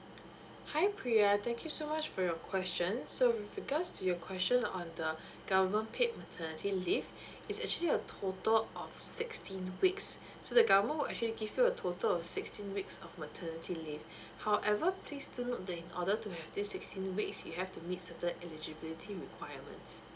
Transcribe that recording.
hi pria thank you so much for your question so with regards to your question on the government paid maternity leave is actually a total of sixteen weeks so the government will actually give you a total of sixteen weeks of maternity leave however please do note that in order to have this sixteen weeks you have to meet certain eligibility requirements